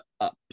up